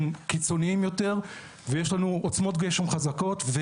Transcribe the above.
קיצוניים יותר ויש לנו עוצמות גשם חזקות,